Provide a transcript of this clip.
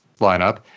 lineup